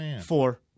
Four